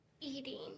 Eating